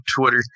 Twitter